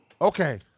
Okay